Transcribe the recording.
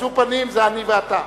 נשוא פנים זה אני ואתה.